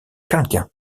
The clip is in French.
quelqu’un